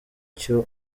icyo